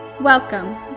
welcome